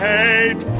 hate